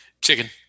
Chicken